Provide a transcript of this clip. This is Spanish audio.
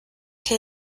que